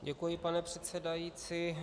Děkuji, pane předsedající.